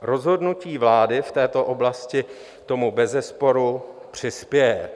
Rozhodnutí vlády v této oblasti tomu bezesporu přispěje.